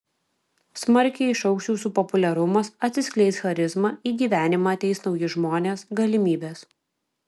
smarkiai išaugs jūsų populiarumas atsiskleis charizma į gyvenimą ateis nauji žmonės galimybės